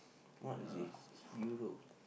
what is this heroes